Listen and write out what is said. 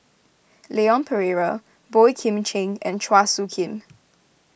Leon Perera Boey Kim Cheng and Chua Soo Khim